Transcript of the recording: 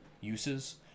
uses